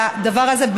והדבר הזה,